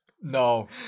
No